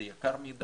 זה יקר מאוד,